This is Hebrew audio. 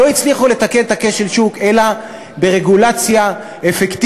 לא הצליחו לתקן את כשל השוק אלא ברגולציה אפקטיבית